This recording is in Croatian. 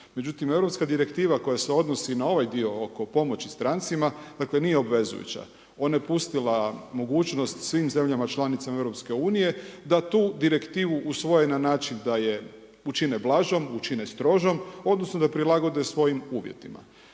međutim, europska direktiva koja se odnosi na ovaj dio oko pomoći strancima, dakle nije obvezujuća. Ona je pustila mogućnost svim zemljama članicama EU-a da tu direktivu usvoje na način da je učine blažom, učine strožom, odnosno da je prilagode svojim uvjetima.